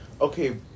okay